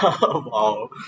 Wow